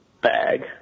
bag